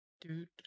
Dude